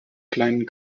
kleinen